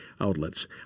outlets